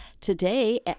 Today